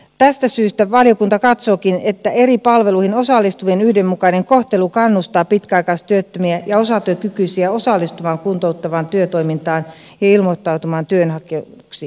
tästä syystä valiokunta katsookin että eri palveluihin osallistuvien yhdenmukainen kohtelu kannustaa pitkäaikaistyöttömiä ja osatyökykyisiä osallistumaan kuntouttavaan työtoimintaan ja ilmoittautumaan työnhakijaksi